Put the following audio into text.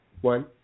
one